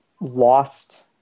lost